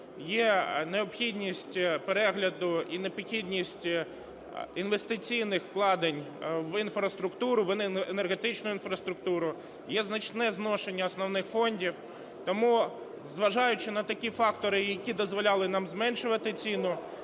Є необхідність перегляду і необхідність інвестиційних вкладень в інфраструктуру, в енергетичну інфраструктуру, є значне зношення основних фондів. Тому, зважаючи на такі фактори, які дозволяли нам зменшувати ціну,